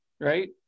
right